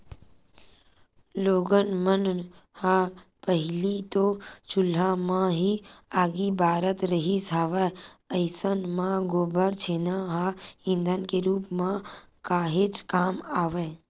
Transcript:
लोगन मन ह पहिली तो चूल्हा म ही आगी बारत रिहिस हवय अइसन म गोबर छेना ह ईधन के रुप म काहेच काम आवय